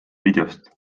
videost